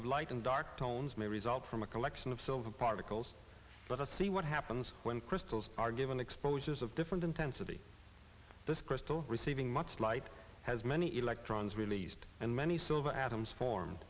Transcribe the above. of light and dark tones may result from a collection of silver particles let us see what happens when crystals are given exposures of different intensity this crystal receiving much light has many electrons released and many silver atoms formed